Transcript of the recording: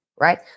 right